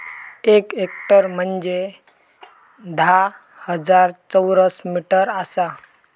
एक हेक्टर म्हंजे धा हजार चौरस मीटर आसा